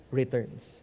returns